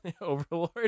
Overlord